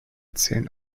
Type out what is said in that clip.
zählen